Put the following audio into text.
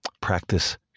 practice